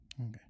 Okay